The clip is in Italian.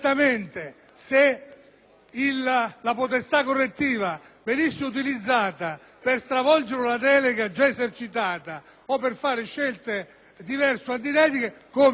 la potestà correttiva venisse utilizzata per stravolgere una delega già esercitata o per compiere scelte diverse o antitetiche (come si è cercato di fare